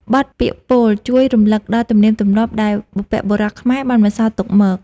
បទពាក្យពោលជួយរំលឹកដល់ទំនៀមទម្លាប់ដែលបុព្វបុរសខ្មែរបានបន្សល់ទុកមក។